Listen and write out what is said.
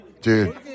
Dude